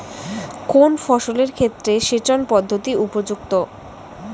কোন ফসলের ক্ষেত্রে সেচন পদ্ধতি উপযুক্ত?